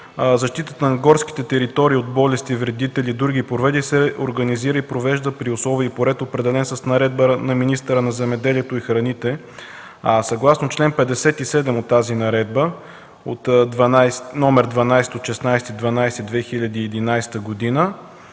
защитата на горските територии от болести, вредители и други повреди се организира и провежда при условие и по ред, определен с наредба на министъра на земеделието и храните, а съгласно чл. 57 от тази Наредба -№ 12 от 16 декември